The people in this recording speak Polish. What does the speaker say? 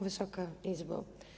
Wysoka Izbo!